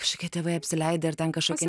kažkokie tėvai apsileidę ar ten kažkokie